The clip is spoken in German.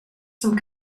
zum